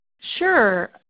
Sure